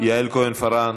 יעל כהן-פארן,